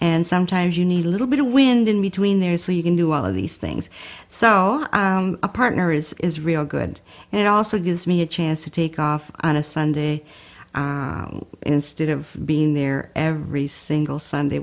and sometimes you need a little bit of wind in between there so you can do all of these things so a partner is real good and it also gives me a chance to take off on a sunday instead of being there every single sunday